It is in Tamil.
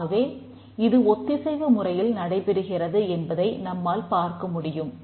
ஆகவே இது ஒத்திசைவு முறையில் நடைபெறுகிறது என்பதை நம்மால் பார்க்க முடியும்